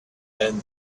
than